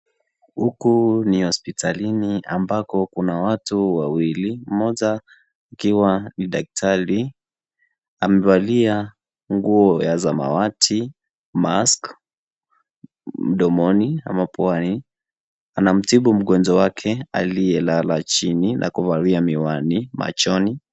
Huku ni hospitalini mbako kuna watu wawili, mmoja akiwa ni daktari, amevalia nguo ya samawati, mask , mdomoni ama puani anamtibu mgonjwa wake aliye lala chini na kuvalia miwani machoni.